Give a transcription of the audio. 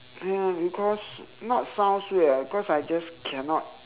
ya because not sounds weird ah because I just cannot